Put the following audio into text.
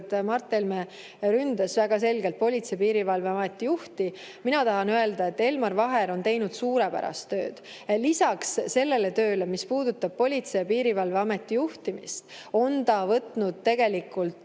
Mart Helme ründas väga selgelt Politsei- ja Piirivalveameti juhti. Mina tahan öelda, et Elmar Vaher on teinud suurepärast tööd. Lisaks sellele tööle, mis puudutab Politsei- ja Piirivalveameti juhtimist, on ta võtnud tegelikult